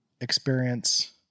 experience